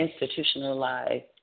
institutionalized